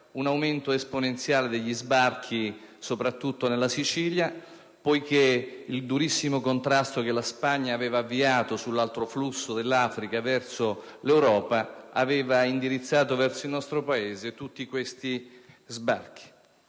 un aumento esponenziale degli sbarchi, soprattutto in Sicilia, poiché il durissimo contrasto che la Spagna aveva avviato sull'altro flusso dell'Africa verso l'Europa aveva indirizzato verso il nostro Paese tutti quegli sbarchi.